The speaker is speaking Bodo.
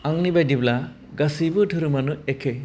आंनि बायदिब्ला गासैबो धोरोमानो एखे